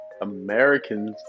Americans